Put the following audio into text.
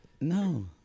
No